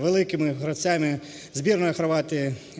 великими гравцями збірної Хорватії,